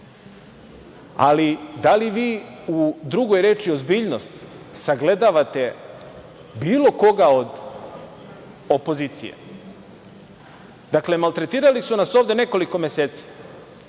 Da li vi u drugoj reči ozbiljnost sagledavate bilo koga od opozicije? Dakle, maltretirali su nas ovde nekoliko meseci.